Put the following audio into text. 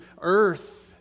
earth